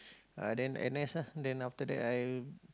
then n_s lah then after that I